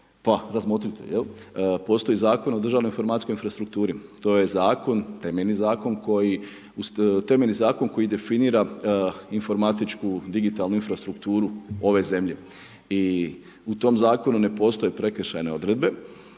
pa razmotrite, postoji Zakon o državnoj informacijskoj infrastrukturi. To je zakon, temeljni zakon koji definira informatičku, digitalnu infrastrukturu ove zemlje. I u tom zakonu ne postoje prekršajne odredbe.